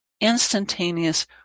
instantaneous